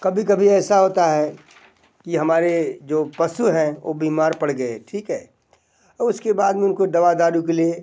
कभी कभी ऐसा होता है कि हमारे जो पशु हैं वो बीमार पड़ गए ठिक है और उसके बाद में उनको दवा दारू के लिए